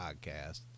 podcast